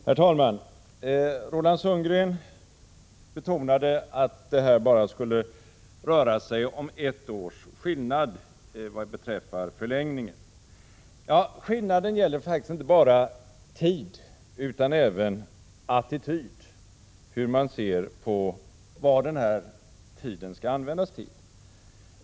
Herr talman! Roland Sundgren betonade att det här bara skulle röra sig om ett års skillnad vad beträffar förlängningen. Skillnaden gäller faktiskt inte bara tid utan även attityd, hur man ser på vad denna tid skall användas till.